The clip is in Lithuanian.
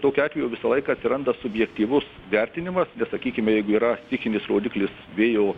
tokiu atveju visąlaik atsiranda subjektyvus vertinimas sakykime jeigu yra stichinis rodiklis vėjo